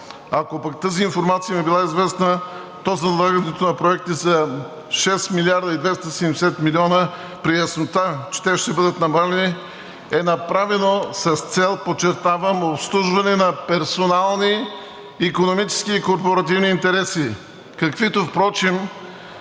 Ако пък тази информация им е била известна, то залагането на проекти за шест милиарда и двеста и седемдесет милиона при яснота, че те ще бъдат намалени, е направено с цел, подчертавам, обслужване на персонални икономически и корпоративни интереси, каквито впрочем